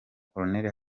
col